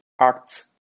act